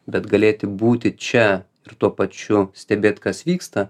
bet galėti būti čia ir tuo pačiu stebėt kas vyksta